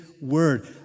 word